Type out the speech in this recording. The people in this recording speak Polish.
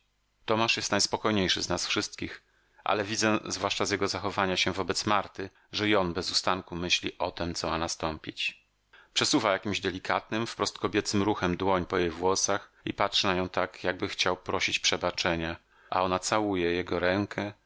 tomasz jest najspokojniejszy z nas wszystkich ale widzę zwłaszcza z jego zachowania się wobec marty że i on bez ustanku myśli o tem co ma nastąpić przesuwa jakimś delikatnym wprost kobiecym ruchem dłoń po jej włosach i patrzy na nią tak jakby chciał prosić przebaczenia a ona całuje jego rękę